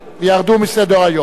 ירדו מסדר-היום.